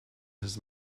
his